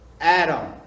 Adam